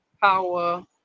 power